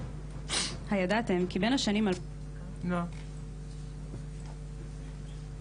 את העניינים ולטפל כבר היום בתלונות הקיימות.